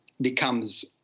becomes